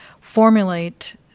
formulate